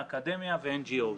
האקדמיה ו-NGO.